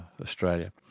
Australia